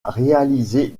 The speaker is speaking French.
réalisé